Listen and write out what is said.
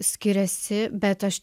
skiriasi bet aš